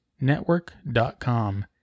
network.com